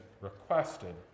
requested